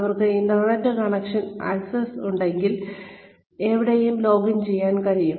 അവർക്ക് internet connection access ഉണ്ടെങ്കിൽ എവിടെയും ലോഗിൻ ചെയ്യാൻ കഴിയും